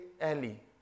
early